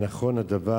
1. האם נכון הדבר?